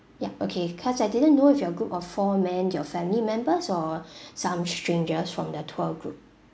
ya okay cause I didn't know if you're a group of four men your family members or some strangers from the tour group